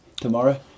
tomorrow